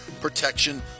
protection